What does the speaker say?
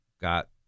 got